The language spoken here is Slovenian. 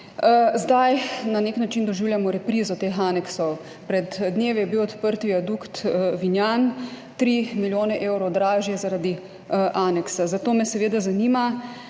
Zdaj na nek način doživljamo reprizo teh aneksov. Pred dnevi je bil odprt viadukt Vinjan, tri milijone evrov dražji zaradi aneksa. Zato me seveda zanima: